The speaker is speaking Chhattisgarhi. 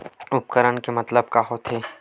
उपकरण के मतलब का होथे?